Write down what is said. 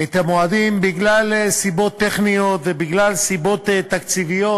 את המועדים, מסיבות טכניות וסיבות תקציביות.